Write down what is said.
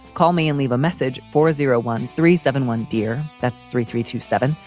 call me and leave a message for zero one three seven one, dear. that's three three two seven.